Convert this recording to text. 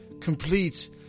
complete